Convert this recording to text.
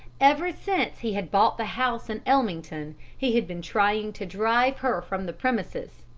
ever since he had bought the house in ellmington he had been trying to drive her from the premises,